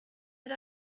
had